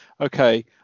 okay